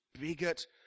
bigot